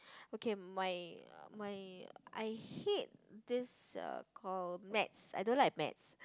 okay my my I hate this uh call maths I don't like maths